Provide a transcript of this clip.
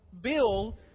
Bill